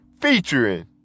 featuring